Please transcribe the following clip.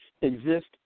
exist